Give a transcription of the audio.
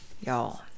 y'all